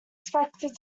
expected